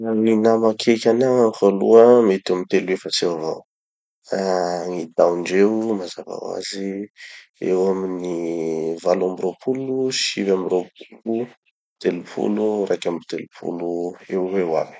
Gny nama akeky anagnako aloha mety eo amin'ny telo, efatsy eo avao. Gny taondreo mazava hoazy, eo amin'ny valo amby ropolo, sivy amby ropolo, telopolo, raiky amby telopolo, eo ho eo aby.